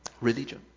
Religion